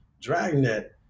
dragnet